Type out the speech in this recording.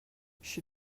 she